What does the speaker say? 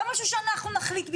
לא משהו שאנחנו נחליט בשבילם,